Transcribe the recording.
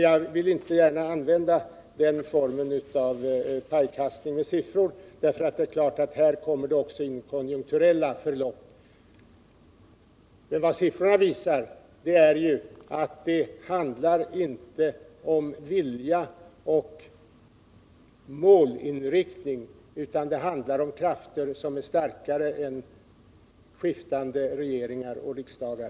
Jag vill inte gärna använda den formen av pajkastning med siffror, för givetvis tillkommer i det här sammanhanget konjunkturella förlopp, men siffrorna visar att det här inte handlar om vilja och målinriktning, utan det handlar om krafter som är starkare än skiftande regeringar och riksdagar.